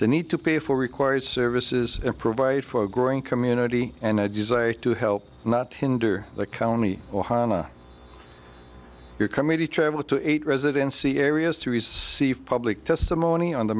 the need to pay for required services and provide for a growing community and i just say to help not hinder the county ohio your committee travel to eight residency areas to receive public testimony on the